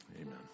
Amen